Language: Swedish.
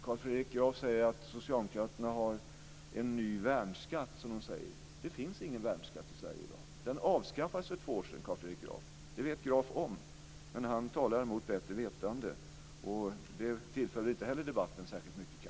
Carl Fredrik Graf säger att socialdemokraterna har en ny värnskatt. Det finns ingen värnskatt i Sverige i dag. Den avskaffades för två år sedan, Carl Fredrik Graf. Det vet Graf om, men han talar mot bättre vetande. Det tillför inte heller debatten särskilt mycket.